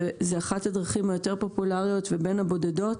אחת הדרכים היותר פופולריות ובין הבודדות